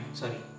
sorry